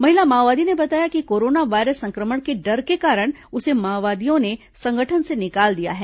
महिला माओवादी ने बताया कि कोरोना वायरस संक्रमण के डर के कारण उसे माओवादियों ने संगठन से निकाल दिया है